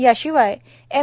याशिवाय एम